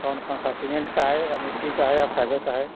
कौन कौन सा सीमेंट का है या मिट्टी का है या फाइबर का है